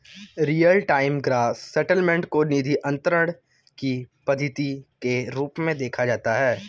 real time gross settlement को निधि अंतरण की पद्धति के रूप में देखा जाता है